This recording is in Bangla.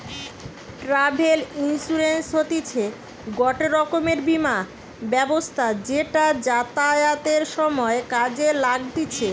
ট্রাভেল ইন্সুরেন্স হতিছে গটে রকমের বীমা ব্যবস্থা যেটা যাতায়াতের সময় কাজে লাগতিছে